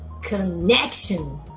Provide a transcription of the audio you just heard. Connection